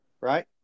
right